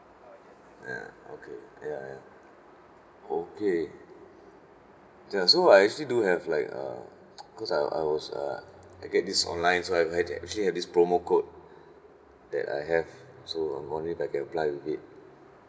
ya okay ya ya okay ya so I actually do have like uh because I I was uh I get this online so I actually have this promo code that I have so I'm wondering if I can apply with it